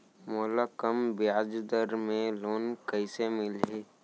मोला कम ब्याजदर में लोन कइसे मिलही?